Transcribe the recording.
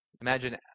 Imagine